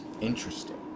interesting